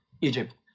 Egypt